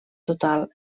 total